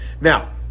Now